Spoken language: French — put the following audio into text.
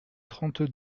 trente